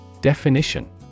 Definition